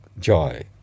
joy